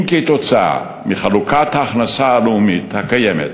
אם כתוצאה מחלוקת ההכנסה הלאומית הקיימת